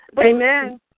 Amen